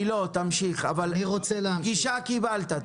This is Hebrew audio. גישה קיבלת.